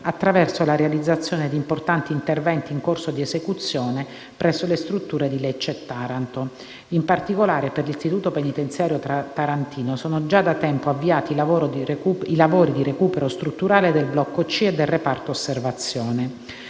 attraverso la realizzazione di importanti interventi, in corso di esecuzione presso le strutture di Lecce e Taranto. In particolare, per l'istituto penitenziario tarantino sono stati già da tempo avviati i lavori di recupero strutturale del blocco C e del reparto osservazione.